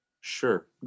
Sure